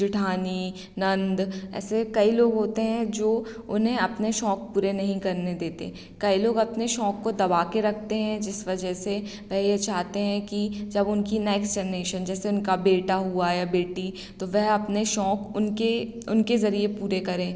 जेठानी ननद ऐसे कई लोग होते हैं जो उन्हें अपने शौक़ पूरे नहीं करने देते कई लोग अपने शौक़ को दबाके रखते हैं जिस वजह से वह ये चाहते हैं कि जब उनकी नैक्स्ट जनरेशन जैसे उनका बेटा हुआ या बेटी तो वह अपने शौक़ उनके उनके ज़रिए पूरे करें